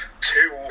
two